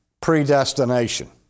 predestination